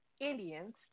Indians